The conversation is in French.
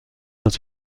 dans